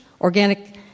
organic